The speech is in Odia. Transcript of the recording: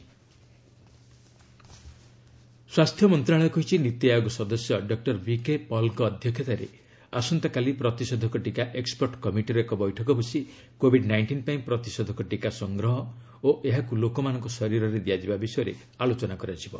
ଏକ୍ଟପର୍ଟ କମିଟି ଭ୍ୟାକ୍ସିନ୍ ସ୍ପାସ୍ଥ୍ୟ ମନ୍ତ୍ରଣାଳୟ କହିଛି ନୀତି ଆୟୋଗ ସଦସ୍ୟ ଡକୁର ଭିକେ ପଲ୍ଙ୍କ ଅଧ୍ୟକ୍ଷତାରେ ଆସନ୍ତାକାଲି ପ୍ରତିଷେଧକ ଟିକା ଏକୁପର୍ଟ କମିଟିର ଏକ ବୈଠକ ବସି କୋବିଡ୍ ନାଇଷ୍ଟିନ୍ ପାଇଁ ପ୍ରତିଷେଧକ ଟିକା ସଂଗ୍ରହ ଓ ଏହାକୁ ଲୋକମାନଙ୍କ ଶରୀରରେ ଦିଆଯିବା ବିଷୟରେ ଆଲୋଚନା କରାଯିବ